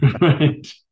right